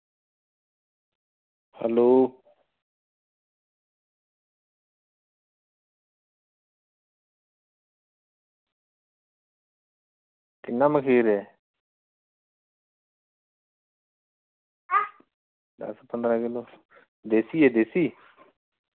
hello किन्ना मखीर ऐ दस्स पंदरां किलो देसी ऐ देसी